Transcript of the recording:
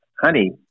honey